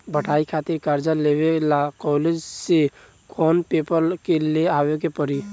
पढ़ाई खातिर कर्जा लेवे ला कॉलेज से कौन पेपर ले आवे के पड़ी?